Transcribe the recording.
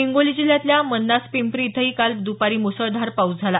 हिंगोली जिल्ह्यातल्या मन्नास पिंपरी इथंही काल दुपारी मुसळधार पाऊस झाला